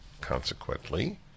consequently